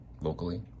locally